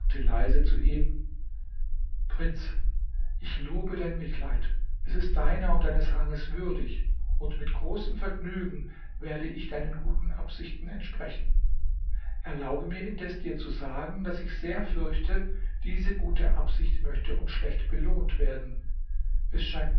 leise zu ihm prinz ich lobe dein mitleid es ist deiner und deines ranges würdig und mit großem vergnügen werde ich deinen guten absichten entsprechen erlaube mir indes dir zu sagen daß ich sehr fürchte diese gute absicht möchte uns schlecht belohnt werden es scheint